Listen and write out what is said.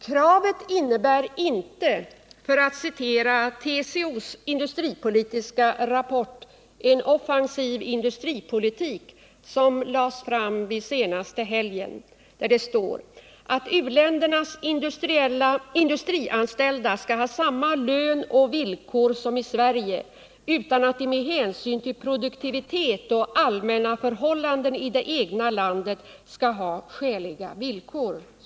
Kravet innebär inte, för att citera TCO:s industripolitiska rapport En offensiv industripolitik, som lades fram senaste helgen, ”att u-ländernas industrianställda skall ha samma lön och villkor som i Sverige utan att de med hänsyn till produktivitet och allmänna förhållanden i det egna landet skall ha skäliga villkor”.